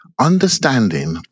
understanding